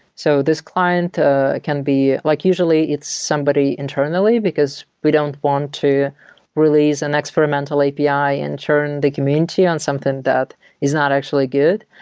so this client can be like usually it's somebody internally, because we don't want to release an experimental api and turn the community on something that is not actually good.